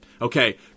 Okay